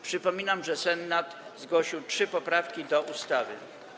Przypominam, że Senat zgłosił trzy poprawki do ustawy.